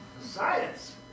Science